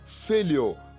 Failure